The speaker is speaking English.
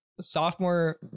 sophomore